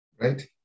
Right